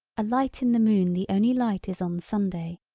a light in the moon the only light is on sunday.